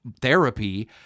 therapy